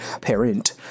parent